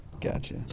Gotcha